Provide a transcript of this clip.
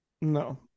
no